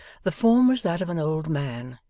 the form was that of an old man,